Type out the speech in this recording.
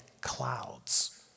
clouds